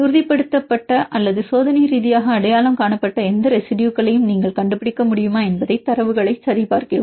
உறுதிப்படுத்தப்பட்ட அல்லது சோதனை ரீதியாக அடையாளம் காணப்பட்ட எந்த ரெசிடுயுகளையும் நீங்கள் கண்டுபிடிக்க முடியுமா என்பதை தரவுகளை சரிபார்க்கிறோம்